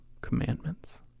commandments